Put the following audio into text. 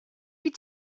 wyt